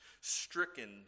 Stricken